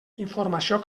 informació